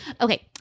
Okay